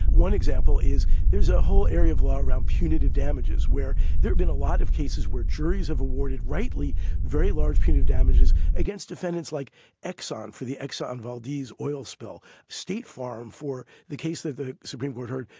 one example is there's a whole area of law around punitive damages where there'd been a lot of cases where juries have awarded rightly very large punitive damages against defendants like exxon for the exxon valdez oil spill. state farm for the case that the supreme court heard,